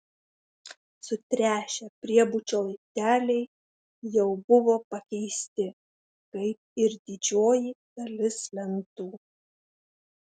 sutręšę priebučio laipteliai jau buvo pakeisti kaip ir didžioji dalis lentų